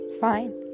Fine